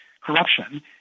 corruption